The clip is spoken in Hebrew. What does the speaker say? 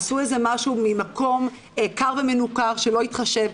עשו איזה משהו ממקום קר ומנוכר שלא התחשב.